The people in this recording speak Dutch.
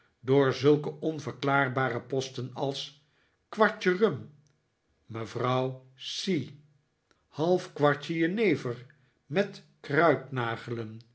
door zulke onverklaarbare posten als kwartje rum mrs c half kwartje jenever met kruidnagelen